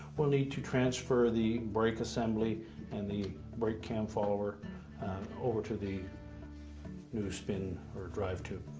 we'll need to transfer the brake assembly and the brake cam follower over to the new spin or drive tube.